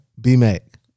B-Mac